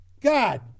God